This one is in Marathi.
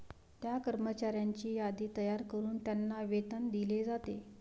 त्या कर्मचाऱ्यांची यादी तयार करून त्यांना वेतन दिले जाते